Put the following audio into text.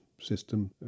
system